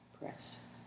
press